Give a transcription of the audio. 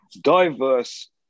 diverse